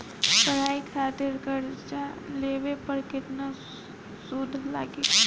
पढ़ाई खातिर कर्जा लेवे पर केतना सूद लागी?